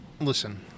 Listen